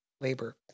labor